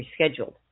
rescheduled